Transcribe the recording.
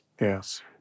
Yes